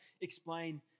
explain